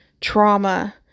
trauma